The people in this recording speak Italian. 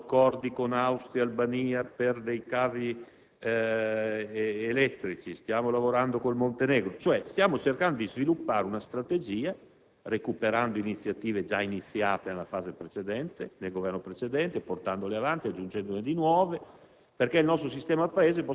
Abbiamo fatto accordi con Austria e Albania per dei cavi elettrici; stiamo lavorando con il Montenegro. Insomma, stiamo cercando di sviluppare una strategia, recuperando iniziative già avviate con il precedente Governo, portandole avanti, aggiungendone di nuove.